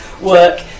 work